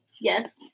yes